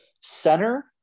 Center